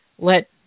let